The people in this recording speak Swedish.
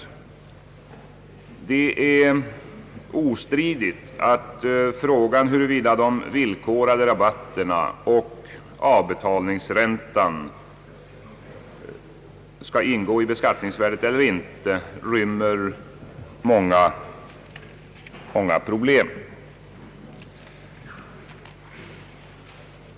Det är ostridigt att frågan, huruvida de villkorliga rabatterna och avbetalningsräntan skall ingå i beskattningsvärdet eller inte, rymmer många problem.